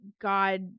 God